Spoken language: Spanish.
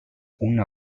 una